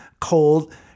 cold